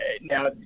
Now